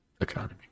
economy